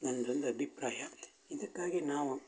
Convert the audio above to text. ನಂದೊಂದು ಅಭಿಪ್ರಾಯ ಇದಕ್ಕಾಗಿ ನಾವು